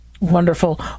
Wonderful